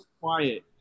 quiet